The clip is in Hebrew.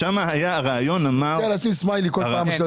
לכן, אנחנו נהיה מוגבלים בצורה משמעותית מפוטנציאל